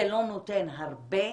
זה לא נותן הרבה,